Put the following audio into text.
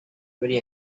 very